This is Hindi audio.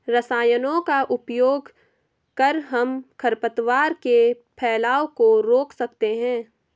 रसायनों का उपयोग कर हम खरपतवार के फैलाव को रोक सकते हैं